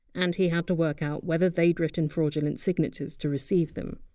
and he had to work out whether they had written fraudulent signatures to receive them.